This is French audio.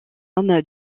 homme